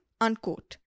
Unquote